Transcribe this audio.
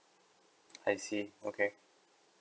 I see okay